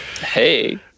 Hey